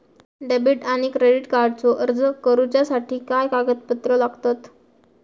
Debit आणि credit कार्डचो अर्ज करुच्यासाठी काय कागदपत्र लागतत?